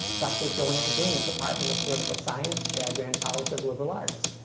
dr. joanne green, department of political science, addran college of liberal arts.